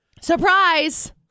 Surprise